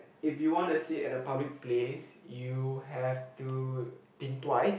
if you want to sit at a public place you have to think twice